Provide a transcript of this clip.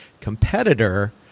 competitor